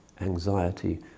anxiety